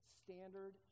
standard